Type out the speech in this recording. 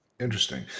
Interesting